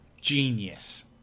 Genius